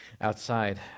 outside